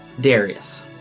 Darius